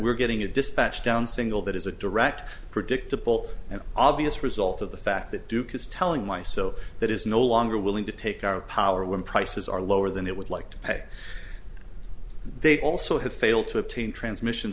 we're getting a dispatch down single that is a direct predictable and obvious result of the fact that duke is telling my so that is no longer willing to take our power when prices are lower than it would like to pay they also have failed to obtain transmission